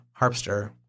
Harpster